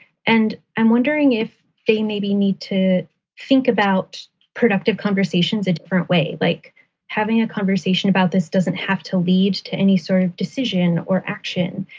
and i'm wondering if they maybe need to think about productive conversations a different way. like having a conversation about this doesn't have to lead to any sort of decision or action.